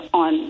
on